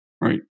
right